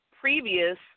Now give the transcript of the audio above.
previous